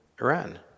iran